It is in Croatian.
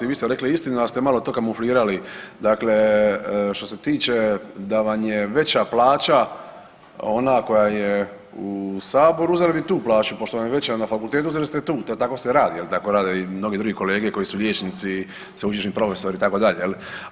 Vi ste rekli istinu, ali ste malo to kamuflirali, dakle što se tiče da van je veća plaća ona koja je u Saboru, uzeli bi tu plaću, pošto vam je veća na fakultetu, uzeli ste tu, to, tako se radi, je li, tako rade i mnogi drugi kolege koji su liječnici, sveučilišni profesori, itd., je li.